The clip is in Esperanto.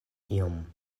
iom